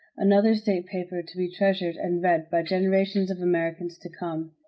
another state paper to be treasured and read by generations of americans to come.